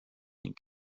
ning